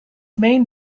main